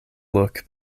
look